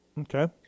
okay